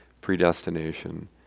predestination